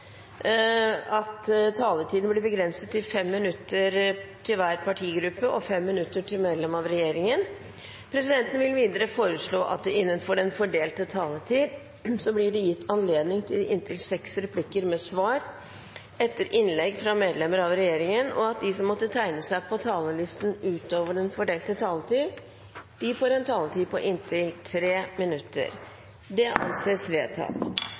at taletiden blir begrenset til 5 minutter til hver partigruppe og 5 minutter til medlemmer av regjeringen. Videre vil presidenten foreslå at det – innenfor den fordelte taletid – blir gitt anledning til inntil seks replikker med svar etter innlegg fra medlemmer av regjeringen, og at de som måtte tegne seg på talerlisten utover den fordelte taletid, får en taletid på inntil 3 minutter. – Det anses vedtatt.